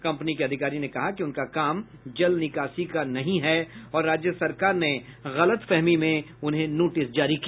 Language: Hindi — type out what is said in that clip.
कंपनी के अधिकारी ने कहा कि उनका काम जल निकासी का नहीं है और राज्य सरकार ने गलतफहमी में उन्हें नोटिस जारी किया